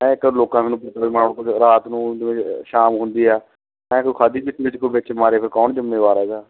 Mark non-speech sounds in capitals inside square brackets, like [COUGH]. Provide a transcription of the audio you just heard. ਇੱਕ ਲੋਕਾਂ [UNINTELLIGIBLE] ਰਾਤ ਨੂੰ [UNINTELLIGIBLE] ਸ਼ਾਮ ਹੁੰਦੀ ਆ ਹੈ ਕੋਈ ਖਾਧੀ ਪੀਤੀ ਵਿੱਚ ਕੋਈ ਵਿੱਚ ਮਾਰੇ ਫਿਰ ਕੌਣ ਜ਼ਿੰਮੇਵਾਰ ਹੈਗਾ